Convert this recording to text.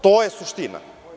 To je suština.